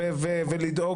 מאשר אתה בא ואומר לדאוג,